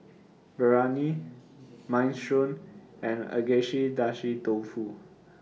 Biryani Minestrone and Agedashi Dofu